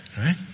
right